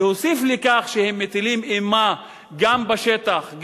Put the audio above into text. להוסיף לכך שהם מטילים אימה גם בשטח,